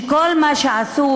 שכל מה שעשו,